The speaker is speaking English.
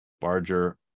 Barger